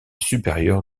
supérieur